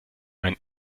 ein